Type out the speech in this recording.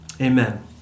Amen